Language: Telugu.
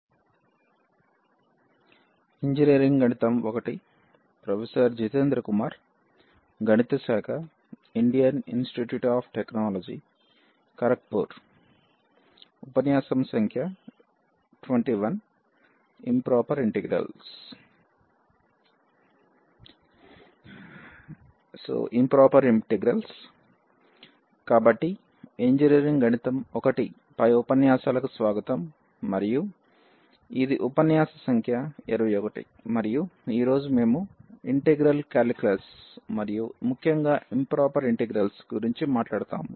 కాబట్టి ఇంజనీరింగ్ గణితం I పై ఉపన్యాసాలకు స్వాగతం మరియు ఇది ఉపన్యాస సంఖ్య 21 మరియు ఈ రోజు మేము ఇంటిగ్రల్ కాలిక్యులస్ మరియు ముఖ్యంగా ఇంప్రొపర్ ఇంటిగ్రల్స్ గురించి మాట్లాడతాము